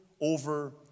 over